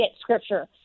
scripture